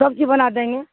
سبزی بنا دیں گے